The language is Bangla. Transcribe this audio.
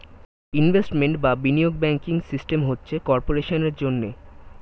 ইনভেস্টমেন্ট বা বিনিয়োগ ব্যাংকিং সিস্টেম হচ্ছে কর্পোরেশনের জন্যে